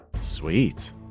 Sweet